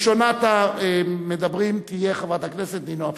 ראשונת המדברים תהיה חברת הכנסת נינו אבסדזה.